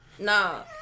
No